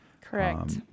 correct